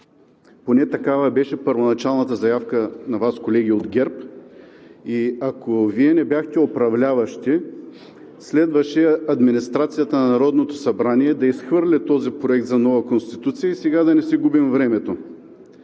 Поне такава беше първоначалната заявка на Вас, колеги от ГЕРБ, и ако Вие не бяхте управляващи, следваше администрацията на Народното събрание да изхвърли този проект за нова Конституция и сега да не си губим времето.